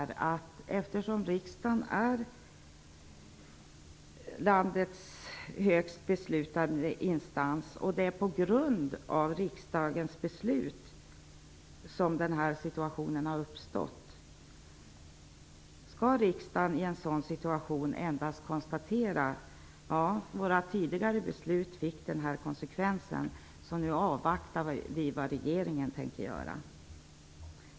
Riksdagen är landets högsta beslutande instans, och det är på grund av riksdagens beslut som den här situationen har uppstått. Skall riksdagen i en sådan situation endast konstatera att våra tidigare beslut fick den här konsekvensen och avvakta vad regeringen tänker göra?